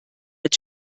mit